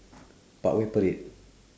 parkway parade